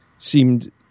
Seemed